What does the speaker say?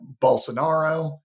Bolsonaro